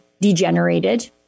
degenerated